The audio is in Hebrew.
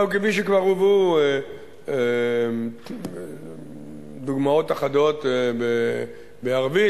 כפי שכבר הובאו דוגמאות אחדות בערבית,